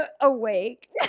Awake